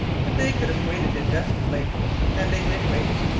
but they could have waited indefinitely and they did wait.